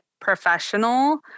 professional